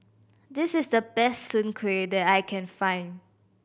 this is the best Soon Kueh that I can find